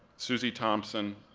susie thompson,